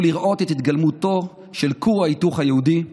לראות את התגלמותו של כור ההיתוך היהודי התורני.